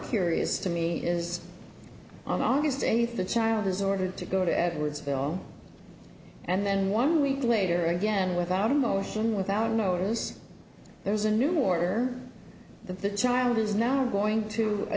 curious to me is on august eighth the child was ordered to go to edwardsville and then one week later again without a motion without knows there's a new order that the child is now going to a